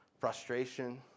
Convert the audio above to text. frustration